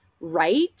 right